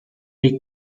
les